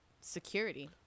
security